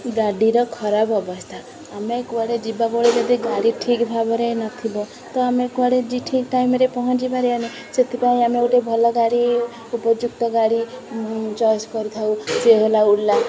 ଗାଡ଼ିର ଖରାପ ଅବସ୍ଥା ଆମେ କୁଆଡ଼େ ଯିବାବେଳେ ଯଦି ଗାଡ଼ି ଠିକ୍ ଭାବରେ ନଥିବ ତ ଆମେ କୁଆଡ଼େ ଠିକ୍ ଟାଇମ୍ରେ ପହଞ୍ଚି ପାରିବାନି ସେଥିପାଇଁ ଆମେ ଗୋଟେ ଭଲ ଗାଡ଼ି ଉପଯୁକ୍ତ ଗାଡ଼ି ଚଏସ୍ କରିଥାଉ ସିଏ ହେଲା ଓଲା